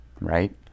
right